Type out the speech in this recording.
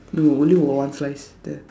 no only got one slice there